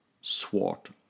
Swart